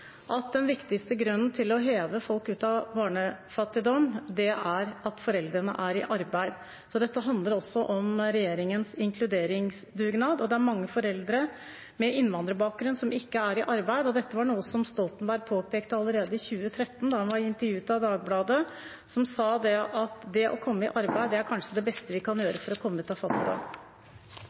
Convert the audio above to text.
at det viktigste for å få folk ut av barnefattigdom, er at foreldrene er i arbeid. Så dette handler også om regjeringens inkluderingsdugnad. Det er mange foreldre med innvandrerbakgrunn som ikke er i arbeid, og dette var noe Jens Stoltenberg påpekte allerede i 2013, da han ble intervjuet av Dagbladet og sa at det å komme i arbeid kanskje er det beste vi kan gjøre for å komme ut av fattigdom. Replikkordskiftet er omme. Først takk til